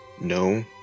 no